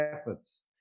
efforts